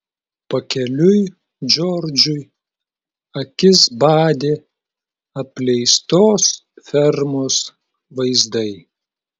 pakeliui džordžui akis badė apleistos fermos vaizdai